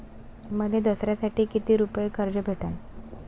मले दसऱ्यासाठी कितीक रुपये कर्ज भेटन?